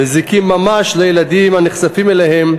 מזיקים ממש לילדים הנחשפים אליהם,